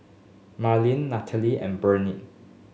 Malin Nathalie and Barney